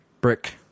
Brick